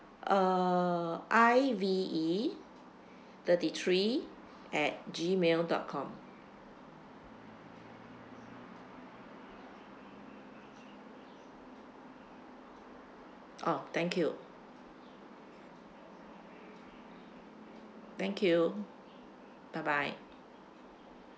uh I V E thirty three add gmail dot com oh thank you thank you bye bye